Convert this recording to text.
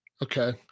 Okay